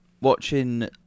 watching